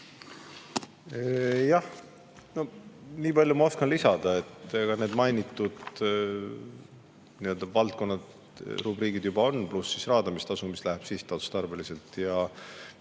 Jah, no nii palju ma oskan lisada, et need mainitud nii-öelda valdkonnad ja rubriigid juba on, pluss siis raadamistasu, mis läheb sihtotstarbeliselt.